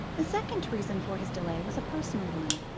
the second reason for his delay was a personal one.